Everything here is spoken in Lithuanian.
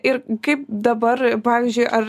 ir kaip dabar pavyzdžiui ar